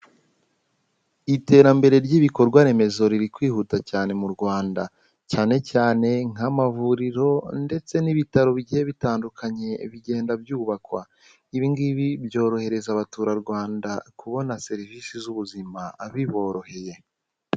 Iterambere ry'ibikorwa remezo riri kwihuta cyane mu Rwanda, cyane cyane nk'amavuriro ndetse n'ibitaro bigiye bitandukanye bigenda byubakwa, ibi ngibi byorohereza abaturarwanda kubona serivisi z'ubuzima biboroheye.